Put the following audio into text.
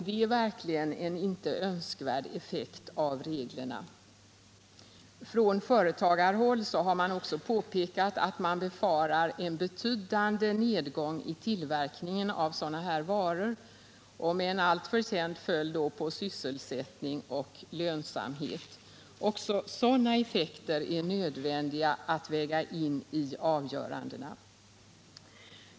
Det är verkligen en inte önskvärd effekt av reglerna. Från företagarhåll har man också påpekat att man befarar en betydande nedgång i tillverkningen av sådana varor, med en alltför känd följd för sysselsättning och lönsamhet. Även sådana effekter är nödvändiga att väga in i avgörandena.